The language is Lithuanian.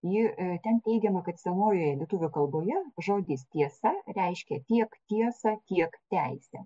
ji ten teigiama kad senojoje lietuvių kalboje žodis tiesa reiškia tiek tiesą tiek teisę